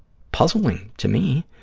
puzzling, to me,